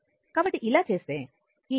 కాబట్టి అలా చేస్తే ఈ 2 i0 v0 6 0